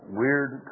weird